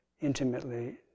intimately